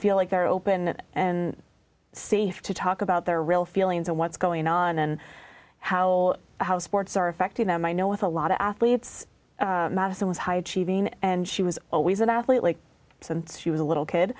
feel like they're open and safe to talk about their real feelings of what's going on and how how sports are affecting them i know with a lot of athletes madison was high achieving and she was always an athlete like since she was a little kid